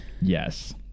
Yes